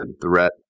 threat